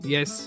Yes